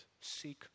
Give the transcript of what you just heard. Seek